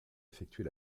effectuer